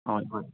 ꯑꯣ ꯍꯣꯏ